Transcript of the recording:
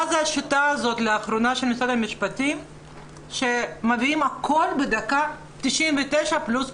מה זו השיטה הזאת של משרד המשפטים לאחרונה שמביאים הכול בדקה ה-99 פלוס,